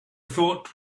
thought